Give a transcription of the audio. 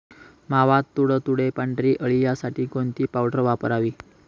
मावा, तुडतुडे, पांढरी अळी यासाठी कोणती पावडर वापरावी?